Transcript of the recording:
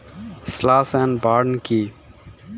Slash and burn কি?